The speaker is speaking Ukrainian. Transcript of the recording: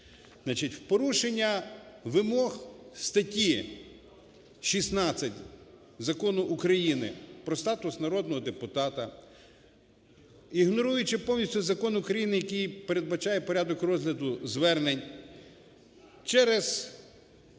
у порушення вимог статті 16 Закону України "Про статус народного депутата", ігноруючи повністю закон України, який передбачає порядок розгляду звернень через